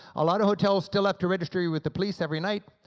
a lot of hotels still have to register with the police every night,